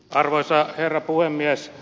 arvoisa herra puhemies